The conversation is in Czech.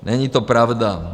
Není to pravda.